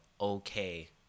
okay